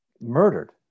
murdered